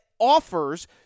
offers